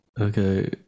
Okay